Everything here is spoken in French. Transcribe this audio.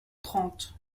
trente